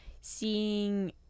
seeing